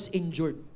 injured